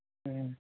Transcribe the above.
हँ